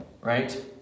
right